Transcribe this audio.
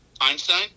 Einstein